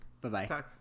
Bye-bye